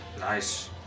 Nice